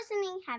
listening